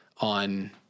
on